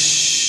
ידעתי,